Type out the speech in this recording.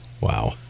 Wow